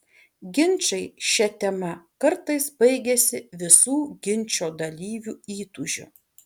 ginčai šia tema kartais baigiasi visų ginčo dalyvių įtūžiu